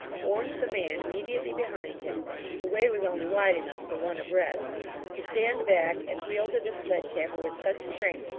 warned the man immediately behind him the way was only wide enough for one abreast to stand back, and wielded a sledge-hammer with such strength,